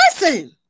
Listen